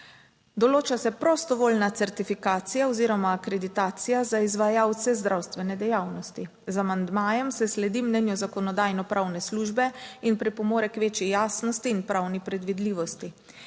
Določa se prostovoljna certifikacija oziroma akreditacija za izvajalce zdravstvene dejavnosti. Z amandmajem se sledi mnenju zakonodajnopravne službe in pripomore k večji jasnosti in pravni predvidljivosti.